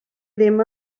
ddim